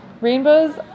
Rainbows